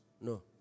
No